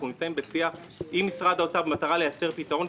אנחנו נמצאים בשיח עם משרד האוצר במטרה למצוא פתרון,